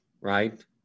right